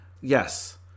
Yes